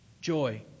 joy